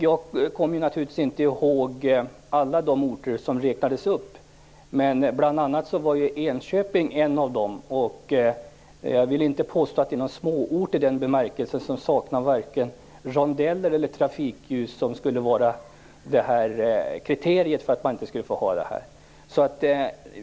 Jag kommer naturligtvis inte ihåg alla de orter som räknades upp, men Enköping var en av dem. Jag vill inte påstå att det är en småort som saknar rondeller eller trafikljus. Det skulle vara ett kriterium för att man inte skulle få ha detta.